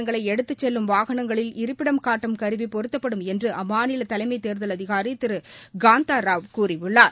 ங்களை எடுத்துச் செல்லும் வாகனங்களில் இருப்பிடம் காட்டும் கருவி பொருத்தப்படும் என்று அம்மாநில தலைமை தேர்தல் அதிகாரி திரு காந்தாராவ் கூறியுள்ளார்